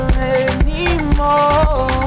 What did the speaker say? anymore